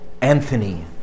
Anthony